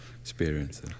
experience